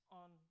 on